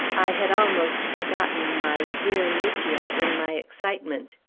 i had almost forgotten my gear lygia in my excitement.